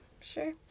sure